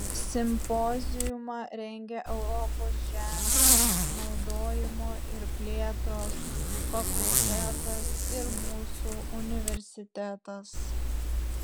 simpoziumą rengė europos žemės naudojimo ir plėtros fakultetas ir mūsų universitetas